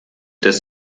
des